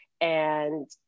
and-